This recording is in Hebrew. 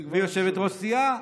ויושבת-ראש סיעה.